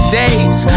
days